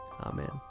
Amen